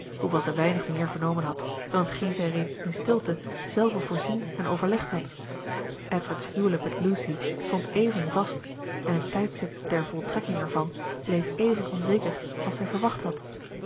hoewel zij weinig meer vernomen had dan t geen zij reeds in stilte zelve voorzien en overlegd had edward's huwelijk met lucy stond even vast en het tijdstip der voltrekking ervan bleef even onzeker als zij verwacht had